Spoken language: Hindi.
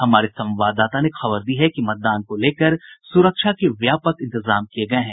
हमारे संवाददाता ने खबर दी है कि मतदान को लेकर सुरक्षा के व्यापक इंतजाम किये गये हैं